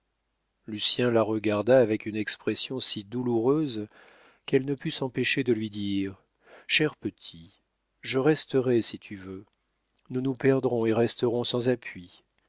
lucien la regarda avec une expression si douloureuse qu'elle ne put s'empêcher de lui dire cher petit je resterai si tu veux nous nous perdrons et resterons sans appui